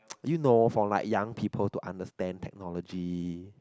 you know for like young people to understand technology